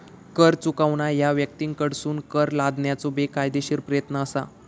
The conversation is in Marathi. कर चुकवणा ह्या व्यक्तींकडसून कर लादण्याचो बेकायदेशीर प्रयत्न असा